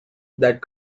that